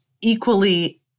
equally